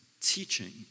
teaching